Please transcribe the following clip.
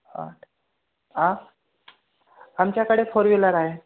आठ आ आमच्याकडे फोर व्हीलर आहे